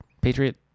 Patriot